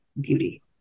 beauty